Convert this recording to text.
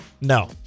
No